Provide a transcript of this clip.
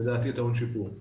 לדעתי הוא טעון שיפור.